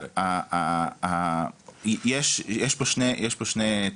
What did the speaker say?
יש פה שני צירים.